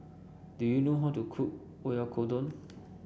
do you know how to cook Oyakodon